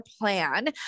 plan